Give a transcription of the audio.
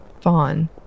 fawn